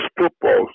football